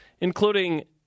including